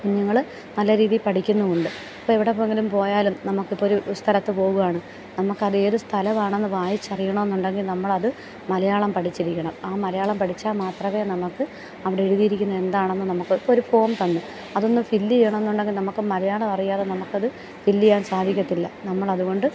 കുഞ്ഞുങ്ങൾ നല്ല രീതിയിൽ പഠിക്കുന്നുമുണ്ട് ഇപ്പോൾ എവിടെയെങ്കിലും പോയാലും നമുക്ക് ഇപ്പോൾ ഒരു സ്ഥലത്ത് പോകുവാണ് നമുക്ക് അതു ഏത് സ്ഥലം ആണെന്ന് വായിച്ച് അറിയണമെന്നുണ്ടെങ്കിൽ നമ്മളത് മലയാളം പഠിച്ചിരിക്കണം ആ മലയാളം പഠിച്ചാൽ മാത്രമേ നമുക്ക് അവിടെ എഴുതിയിരിക്കുന്നത് എന്താണെന്ന് നമുക്ക് ഇപ്പോൾ ഒരു ഫോം തന്നു അത് ഒന്ന് ഫില്ല് ചെയ്യണമെന്നുണ്ടെങ്കിൽ നമുക്ക് മലയാളം അറിയാതെ നമുക്ക് അത് ഫിൽ ചെയ്യാൻ സാധിക്കത്തില്ല നമ്മൾ അതുകൊണ്ട്